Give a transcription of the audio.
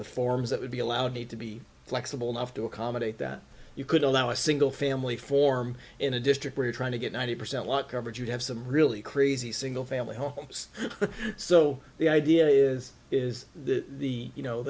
the forms that would be allowed need to be flexible enough to accommodate that you could allow a single family form in a district where you're trying to get ninety percent lot coverage you'd have some really crazy single family homes so the idea is is that the you know